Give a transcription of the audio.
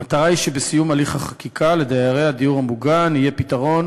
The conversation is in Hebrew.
המטרה היא שבסיום הליך החקיקה לדיירי הדיור המוגן יהיה פתרון